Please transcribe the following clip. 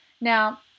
Now